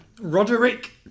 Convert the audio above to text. Roderick